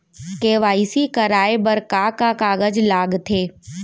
KYC कराये बर का का कागज लागथे?